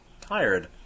tired